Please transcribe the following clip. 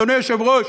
אדוני היושב-ראש,